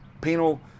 Penal